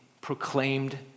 proclaimed